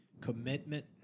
commitment